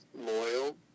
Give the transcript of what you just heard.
loyal